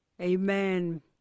Amen